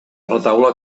retaule